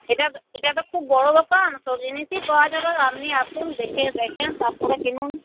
এটা এটা তো খুব বড়ো দোকান সব জিনিসই পাওয়া যাবে আর আপনি আসুন দেখে দেখেন তারপরে কিনুন